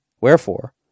wherefore